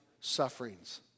sufferings